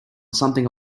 something